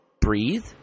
Breathe